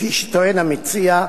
כפי שטוען המציע,